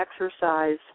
exercise